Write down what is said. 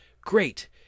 Great